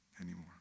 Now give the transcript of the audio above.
anymore